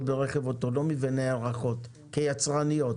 ברכב אוטונומי ונערכות לכך כיצרניות.